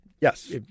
Yes